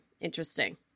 interesting